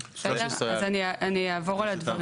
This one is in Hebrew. בסדר אז אני אעבור על הדברים.